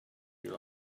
you